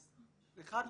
אז אחת,